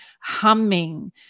humming